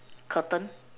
curtain